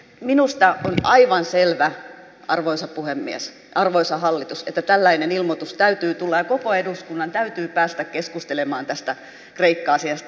minusta on aivan selvä arvoisa puhemies arvoisa hallitus että tällainen ilmoitus täytyy tulla ja koko eduskunnan täytyy päästä keskustelemaan tästä kreikka asiasta